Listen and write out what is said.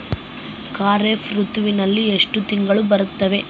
ಖಾರೇಫ್ ಋತುವಿನಲ್ಲಿ ಎಷ್ಟು ತಿಂಗಳು ಬರುತ್ತವೆ?